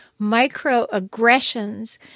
microaggressions